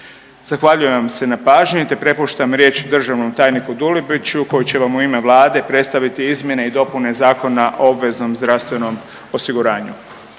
Zahvaljujem vam se na pažnji te prepuštam riječ državnom tajniku Dulibiću koji će vam u ime Vlade predstaviti izmjene i dopune Zakona o obveznom zdravstvenom osiguranju.